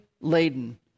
laden